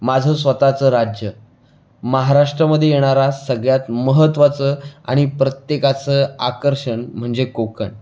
माझं स्वतःचं राज्य महाराष्ट्रामध्ये येणारा सगळ्यात महत्वाचं आणि प्रत्येकाचं आकर्षण म्हणजे कोकण